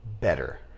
better